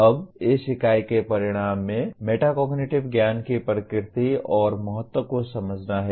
अब इस इकाई के परिणाम में मेटाकोग्निटिव ज्ञान की प्रकृति और महत्व को समझना है